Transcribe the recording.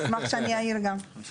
אני אשמח שאני אעיר גם.